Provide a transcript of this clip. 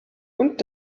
und